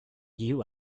you